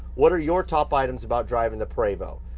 what are your top items about driving the prevost?